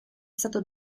stato